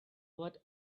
what